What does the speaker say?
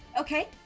Okay